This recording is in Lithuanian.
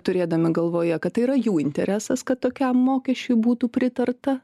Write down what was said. turėdami galvoje kad tai yra jų interesas kad tokiam mokesčiui būtų pritarta